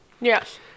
Yes